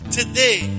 today